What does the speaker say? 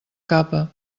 capa